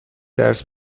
درس